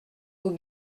aux